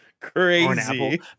Crazy